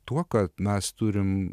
tuo kad mes turim